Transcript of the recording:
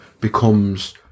becomes